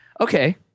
okay